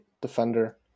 defender